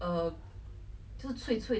脆 mooncake 有脆的 meh